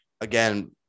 again